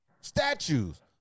statues